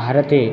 भारते